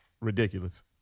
Ridiculous